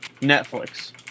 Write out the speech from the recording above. Netflix